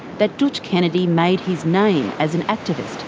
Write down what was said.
that dootch kennedy made his name as an activist,